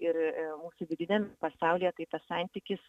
ir mūsų vidiniam pasaulyje tai tas santykis